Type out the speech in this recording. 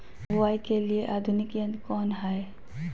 बुवाई के लिए आधुनिक यंत्र कौन हैय?